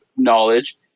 knowledge